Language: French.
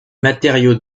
matériaux